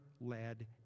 led